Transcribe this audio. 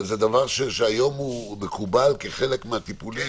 היום זה מקובל כחלק מהטיפולים.